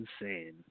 insane